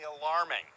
alarming